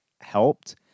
helped